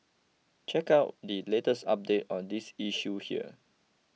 check out the latest update on this issue here